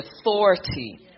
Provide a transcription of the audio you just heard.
authority